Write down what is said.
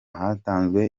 hatanzwe